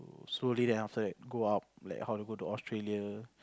to slowly then after that go up like how to go Australia